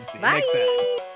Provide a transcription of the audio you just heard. bye